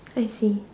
I see